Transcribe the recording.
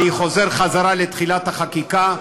אני חוזר תחילת החקיקה.